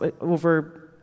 over